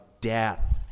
death